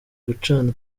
gucana